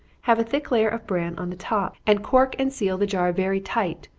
have a thick layer of bran on the top, and cork and seal the jar very tight,